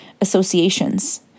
associations